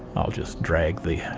i'll just drag the